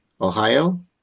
Ohio